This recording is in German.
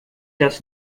das